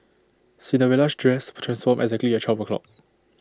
Cinderella's dress transformed exactly at twelve o'clock